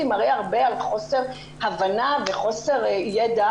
זה מראה הרבה על חוסר הבנה וחוסר ידע